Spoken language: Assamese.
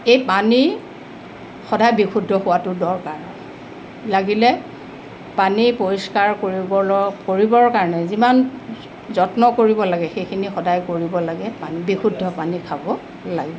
এই পানী সদায় বিশুদ্ধ হোৱাটো দৰকাৰ লাগিলে পানী পৰিষ্কাৰ কৰিব ল কৰিবৰ কাৰণে যিমান যত্ন কৰিব লাগে সেইখিনি সদায় কৰিব লাগে পানী বিশুদ্ধ পানী খাব লাগে